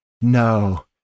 no